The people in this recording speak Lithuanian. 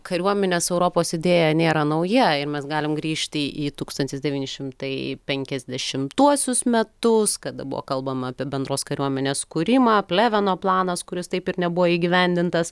kariuomenės europos idėja nėra nauja ir mes galim grįžti į tūkstantis devyni šimtai penkiasdešimtuosius metus kada buvo kalbama apie bendros kariuomenės kūrimą pleveno planas kuris taip ir nebuvo įgyvendintas